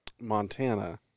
Montana